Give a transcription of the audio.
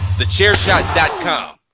thechairshot.com